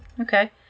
Okay